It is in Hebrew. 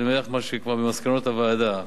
אני אומר לך כבר ממסקנות הוועדה,